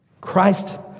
Christ